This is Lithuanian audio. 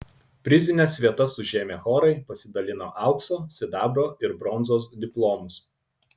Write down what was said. prizines vietas užėmę chorai pasidalino aukso sidabro ir bronzos diplomus